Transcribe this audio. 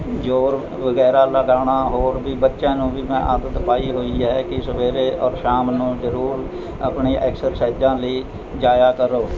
ਜ਼ੋਰ ਵਗੈਰਾ ਲਗਾਉਣਾ ਹੋਰ ਵੀ ਬੱਚਿਆਂ ਨੂੰ ਵੀ ਮੈਂ ਆਦਤ ਪਾਈ ਹੋਈ ਹੈ ਕਿ ਸਵੇਰੇ ਔਰ ਸ਼ਾਮ ਨੂੰ ਜ਼ਰੂਰ ਆਪਣੀ ਐਕਸਰਸਾਈਜਾਂ ਲਈ ਜਾਇਆ ਕਰੋ